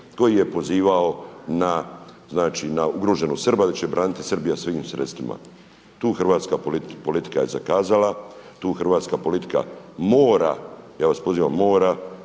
koji je pozivao na, znači na ugroženost Srba da će braniti Srbija svim sredstvima. Tu hrvatska politika je zakazala, tu hrvatska politika mora, ja vas pozivam mora